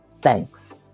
Thanks